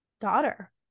daughter